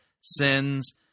sins